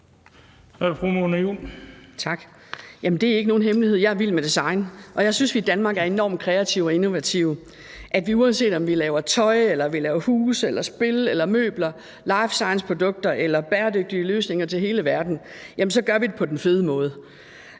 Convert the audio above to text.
det er ikke nogen hemmelighed, at jeg er vild med design, og jeg synes, at vi i Danmark er enormt kreative og innovative, og uanset om vi laver tøj eller vi laver huse eller spil eller møbler, life science-produkter eller bæredygtige løsninger til hele verden, så gør vi det på den fede måde